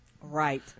Right